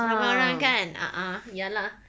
ramai orang kan a'ah ya lah